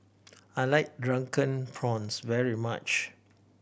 I like Drunken Prawns very much